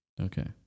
Okay